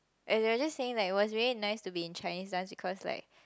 as in I was just saying like it was really nice to be in Chinese dance because like